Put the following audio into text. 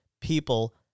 people